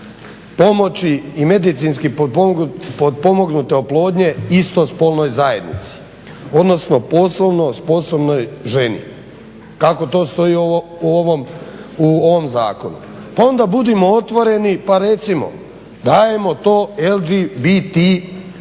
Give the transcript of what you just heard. pomoći i medicinski potpomognute oplodnje istospolnoj zajednici, odnosno poslovno sposobnoj ženi kako to stoji u ovom zakonu. Pa onda budimo otvoreni pa recimo dajemo to LGBT